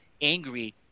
angry